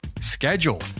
schedule